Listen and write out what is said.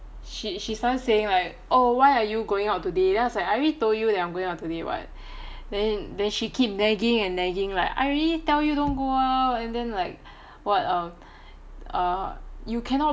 she started saying like oh why are you going out today then I was like I already told you that I'm going out today [what] then she keep nagging and nagging like I already tell you don't go out and then like what um err you cannot